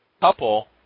couple